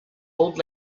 old